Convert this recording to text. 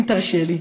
אם תרשה לי.